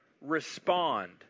respond